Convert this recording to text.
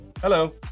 Hello